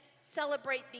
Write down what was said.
celebrate